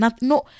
No